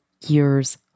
years